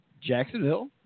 Jacksonville